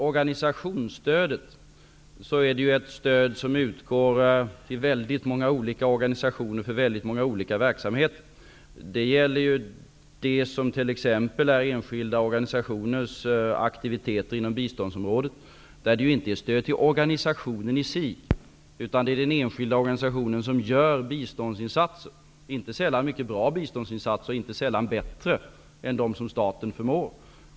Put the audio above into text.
Organisationsstödet är ett stöd som utgår till väldigt många olika organisationer för väldigt många olika verksamheter. Det gäller t.ex. enskilda organisationers aktiviteter inom biståndsområdet. Då är det inte fråga om stöd till organisationen i sig, utan det är ett stöd till den enskilda organisation som gör biståndsinsatser, inte sällan mycket bra sådana och inte sällan bättre än dem som staten förmår göra.